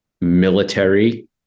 military